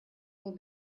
will